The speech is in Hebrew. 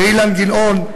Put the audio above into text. לאילן גילאון,